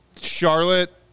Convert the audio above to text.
Charlotte